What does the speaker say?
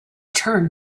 turned